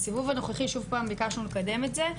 בסיבוב הנוכחי שוב פעם ביקשנו לקדם את זה,